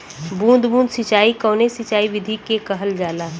बूंद बूंद सिंचाई कवने सिंचाई विधि के कहल जाला?